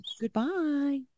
Goodbye